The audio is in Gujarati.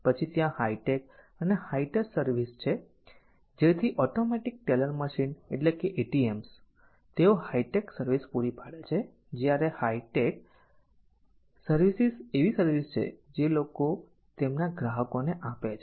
પછી ત્યાં હાઇ ટેક અને હાઇ ટચ સર્વિસીસ છે જેથી ઓટોમેટિક ટેલર મશીન એટલેકે ATMs તેઓ હાઇટેક સર્વિસ પૂરી પાડે છે જ્યારે હાઇટેચ સર્વિસીસ એવી સર્વિસ છે જે લોકો તેમના ગ્રાહકો આપે છે